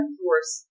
force